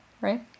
right